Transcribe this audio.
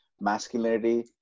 masculinity